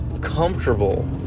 comfortable